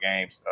games